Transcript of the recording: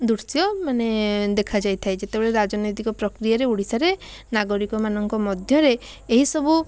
ଦୃଶ୍ୟ ମାନେ ଦେଖାଯାଇ ଥାଏ ଯେତେବେଳେ ରାଜନୈତିକ ପ୍ରକ୍ରିୟାରେ ଓଡ଼ିଶାରେ ନାଗରିକମାନଙ୍କ ମଧ୍ୟରେ ଏହିସବୁ